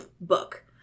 book